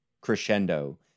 crescendo